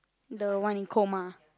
the one in coma